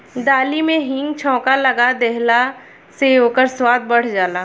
दाली में हिंग के छौंका लगा देहला से ओकर स्वाद बढ़ जाला